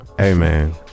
Amen